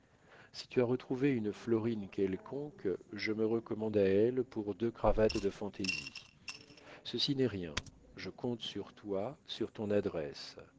si tu as retrouvé une florine quelconque je me recommande à elle pour deux cravates de fantaisie ceci n'est rien je compte sur toi sur ton adresse